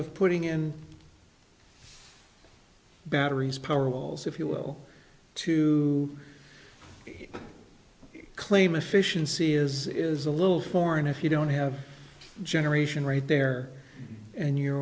of putting in batteries power walls if you will to claim efficiency is is a little foreign if you don't have generation right there and you